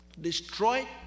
destroy